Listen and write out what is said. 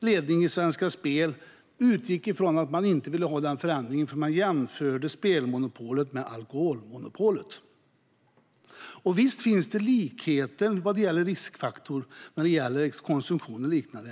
ledningen för Svenska Spel utgick från att man inte ville ha den förändringen, för de jämförde spelmonopolet med alkoholmonopolet. Och visst finns det likheter när det gäller riskfaktorer, konsumtion och liknande.